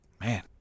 Man